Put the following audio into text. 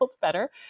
better